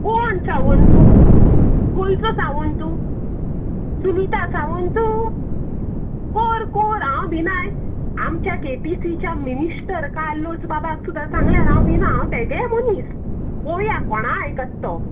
कोण सावंतू खंयचो सावंतू सुनिता सावंतू कोर कोर हांव भिनाय आमच्या केटिसीच्या मिनिस्टर कार्लोस बाबाक सुद्दां सांगल्यार हांव भिना हांव तेजें मुनीस पोवया कोणा आयकत्त तो